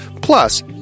Plus